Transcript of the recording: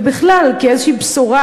ובכלל כאיזושהי בשורה,